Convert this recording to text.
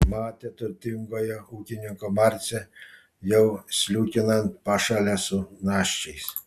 matė turtingojo ūkininko marcę jau sliūkinant pašale su naščiais